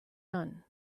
none